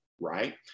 right